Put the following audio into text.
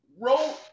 wrote